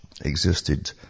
existed